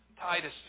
Titus